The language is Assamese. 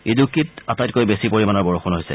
ইদুক্ৱিত আটাইতকৈ বেছি পৰিমাণৰ বৰষুণ হৈছে